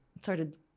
started